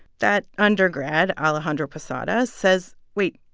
that undergrad, alejandro posada, says wait,